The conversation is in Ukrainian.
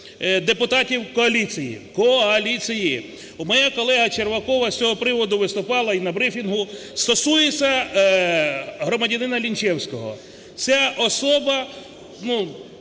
коаліції, коаліції. Моя колега Червакова з цього приводу виступала і на брифінгу. Стосується громадянина Лінчевського. Ця особа, ну,